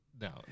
no